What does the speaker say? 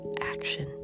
action